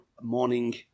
morning